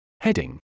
heading